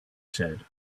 said